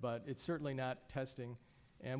but it's certainly not testing and